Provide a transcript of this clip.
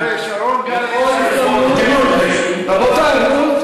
מסית סדרתי.